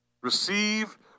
Receive